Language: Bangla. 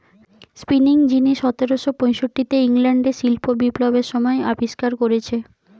স্পিনিং যিনি সতেরশ পয়ষট্টিতে ইংল্যান্ডে শিল্প বিপ্লবের সময় আবিষ্কার কোরেছে